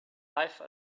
life